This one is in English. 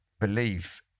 believe